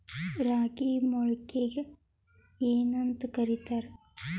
ರಾಗಿ ಮೊಳಕೆಗೆ ಏನ್ಯಾಂತ ಕರಿತಾರ?